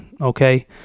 Okay